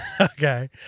okay